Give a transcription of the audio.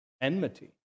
enmity